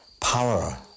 power